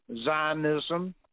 Zionism